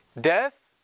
Death